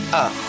up